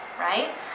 right